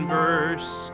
verse